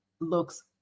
looks